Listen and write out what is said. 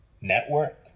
Network